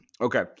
Okay